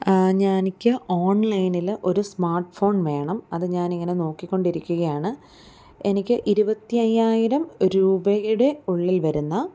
ഞാന് എനിക്ക് ഓൺലൈനില് ഒരു സ്മാർട്ട്ഫോൺ വേണം അത് ഞാനിങ്ങനെ നോക്കിക്കൊണ്ടിരിക്കുകയാണ് എനിക്ക് ഇരുപത്തി അയ്യായിരം രൂപയുടെ ഉള്ളിൽ വരുന്ന